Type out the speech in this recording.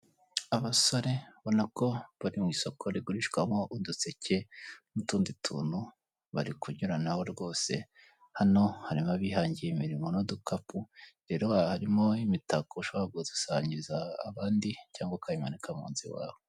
Abasore ubona na ko bari mu isoko rigurishwamo uduseke n'utundi tuntu bari kunyuranaho rwose, hano harimo abihangiye imirimo n'udukapu, rero harimo imitako ushobora gusangiza abandi cyangwa ukayimanika mu nzu iwawe.